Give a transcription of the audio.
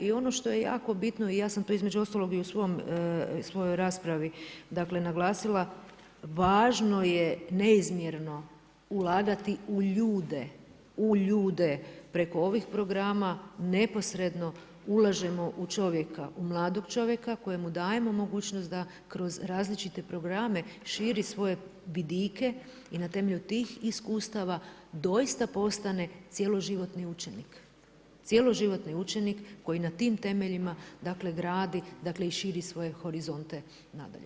I ono što je jako bitno i ja sam to između ostalog i u svojoj raspravi dakle naglasila, važno je neizmjerno ulagati u ljude, u ljude preko ovih programa, neposredno ulažemo u čovjeka, u mladog čovjeka, kojemu dajemo mogućnost da kroz različite programe širi svoje vidike i na temelju tih iskustava doista postane cjeloživotni učenik, cjeloživotni učenik koji na tim temeljima dakle gradi, dakle i širi svoje horizonte nadalje.